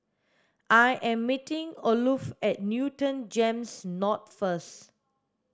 I am meeting Olof at Newton GEMS North first